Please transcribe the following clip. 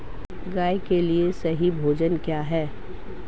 गाय के लिए सही भोजन क्या है?